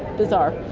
bizarre.